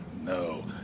no